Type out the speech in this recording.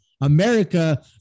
America